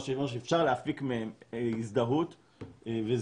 מה שאומר שאפשר להפיק מהם הזדהות וזיהוי,